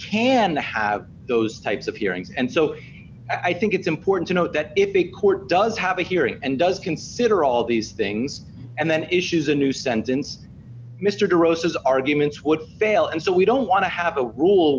can have those types of hearings and so i think it's important to note that if a court does have a hearing and does consider all these things and then issues a new sentence mr de rosa's arguments would fail and so we don't want to have a rule